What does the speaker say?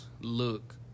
look